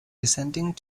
descending